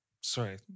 sorry